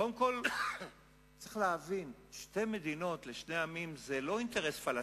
קודם כול צריך להבין: שתי מדינות לשני עמים זה לא אינטרס פלסטיני,